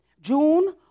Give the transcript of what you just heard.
June